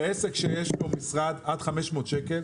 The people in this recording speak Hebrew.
לעסק שיש לו משרד הם אישרו עד 500 שקל,